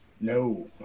No